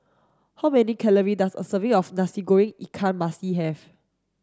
how many calorie does a serving of Nasi Goreng Ikan Masin have